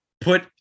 put